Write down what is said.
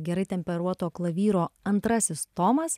gerai temperuoto klavyro antrasis tomas